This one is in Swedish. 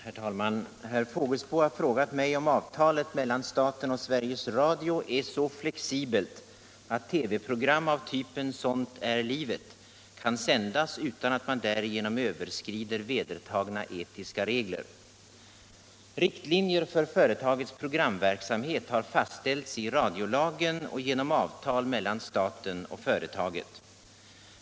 Herr talman! Herr Fågelsbo har frågat mig om avtalet mellan staten och Sveriges Radio är så flexibelt att TV-program av typen Sånt är livet kan sändas utan att man därigenom överskrider vedertagna etiska regler. Riktlinjer för företagets programverksamhet har fastställts i radiolagen och genom avtal mellan staten och företaget.